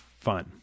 fun